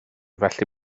felly